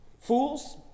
Fools